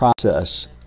Process